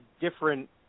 different